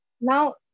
Now